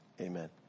Amen